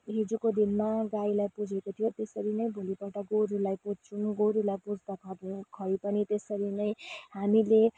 हिजोको दिनमा गाईलाई पुजेको थियो त्यसरी नै भोलिपल्ट गोरुलाई पुज्छुौँ गोरुलाई पुज्दा खुवाइ पनि त्यसरी नै हामीले